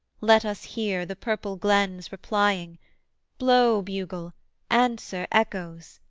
let us hear the purple glens replying blow, bugle answer, echoes,